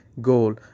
goal